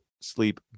sleep